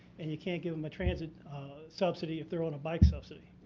and you can't give them a transit subsidy if they're on a bike subsidy.